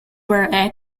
where